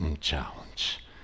challenge